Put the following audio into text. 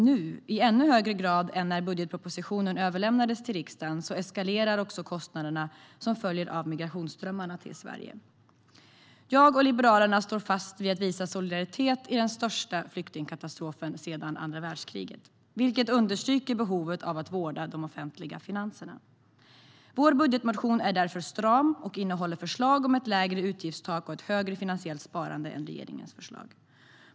Nu, i ännu högre grad än när budgetpropositionen överlämnades till riksdagen, eskalerar också de kostnader som följer av migrationsströmmarna till Sverige. Jag och Liberalerna står fast vid att visa solidaritet i den största flyktingkatastrofen sedan andra världskriget, vilket understryker behovet av att vårda de offentliga finanserna. Vår budgetmotion är därför stram och innehåller förslag om ett lägre utgiftstak och ett högre finansiellt sparande än regeringens förslag.